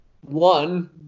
One